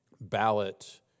ballot